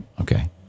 Okay